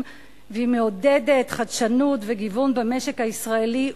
והיא מעודדת חדשנות וגיוון במשק הישראלי,